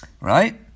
right